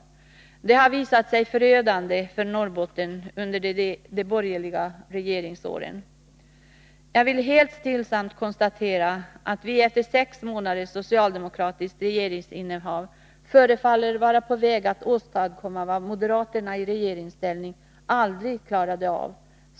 De har visat sig förödande för Norrbotten under de borgerliga regeringsåren. Jag vill helt stillsamt konstatera att vi efter sex månaders socialdemokratiskt regeringsinnehav förefaller att vara på väg att åstadkomma det moderaterna i regeringställning aldrig klarade av.